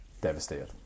Devastated